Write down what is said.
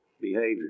behavior